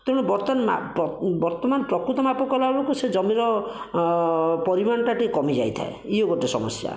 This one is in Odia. ତେଣୁ ବର୍ତ୍ତମାନ ମାପ ବର୍ତ୍ତମାନ ପ୍ରକୃତ ମାପ କଲାବେଳକୁ ସେ ଜମିର ପରିମାଣଟା ଟିକିଏ କମି ଯାଇଥାଏ ଏହି ଗୋଟିଏ ସମସ୍ୟା